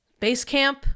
Basecamp